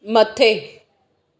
मथे